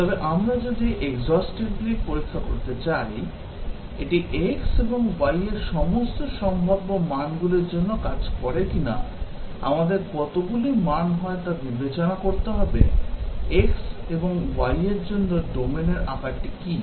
তবে আমরা যদি exhaustively পরীক্ষা করতে চাই এটি x এবং y এর সমস্ত সম্ভাব্য মানগুলির জন্য কাজ করে কিনা আমাদের কতগুলি মান হয় তা বিবেচনা করতে হবে x এবং y এর জন্য ডোমেনের আকারটি কী